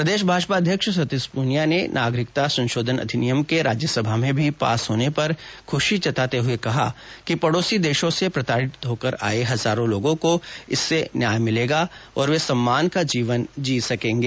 प्रदेश भाजपा अध्यक्ष सतीश पूनिया ने नागरिकता संशोधन अधिनियम के राज्यसभा में भी पास होने पर खुशी जताते हुए कहा कि पडोसी देशों से प्रताडित होकर आये हजारों लोंगों को इससे न्याय मिलेगा और वे सम्मान का जीवन जी सकेंगे